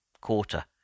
quarter